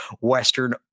Western